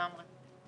לגמרי.